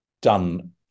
done